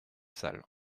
salle